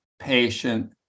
patient